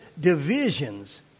divisions